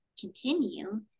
continue